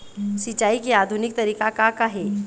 सिचाई के आधुनिक तरीका का का हे?